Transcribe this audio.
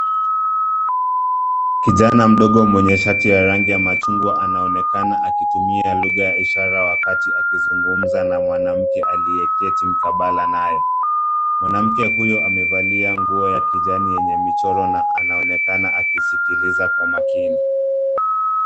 Kijana mdogo mwenye shati ya rangi ya machungwa anaonekana akitumia lugha ya ishara wakati akizungumza na mwanamke aliyeketi mkabala na yeye. Mwanamke huyu amevalia nguo ya kijani yenye michoro na anaonekana akisikiliza kwa makini.